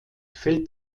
fällt